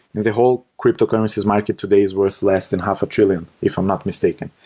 the whole cryptocurrencies market today is worth less than half a trillion, if i'm not mistaken.